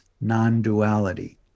non-duality